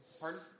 Pardon